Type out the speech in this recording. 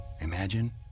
imagine